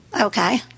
Okay